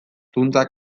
zuntzak